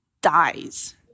dies